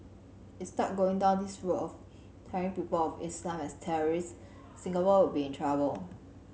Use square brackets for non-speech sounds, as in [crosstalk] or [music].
[unintelligible] start going down this route of tarring people of Islam as terrorist Singapore will be in trouble